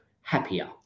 happier